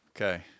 Okay